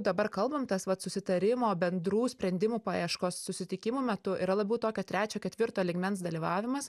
dabar kalbam tas vat susitarimo bendrų sprendimų paieškos susitikimų metu yra labiau tokio trečio ketvirto lygmens dalyvavimas